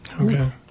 okay